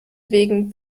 wegen